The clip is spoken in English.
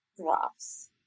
drops